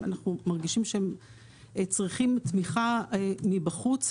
אנחנו מרגישים שהם צריכים תמיכה מבחוץ.